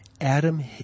Adam